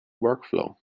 workflow